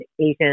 Asian